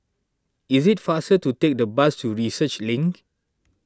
is it faster to take the bus to Research Link